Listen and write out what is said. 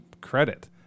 credit